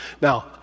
Now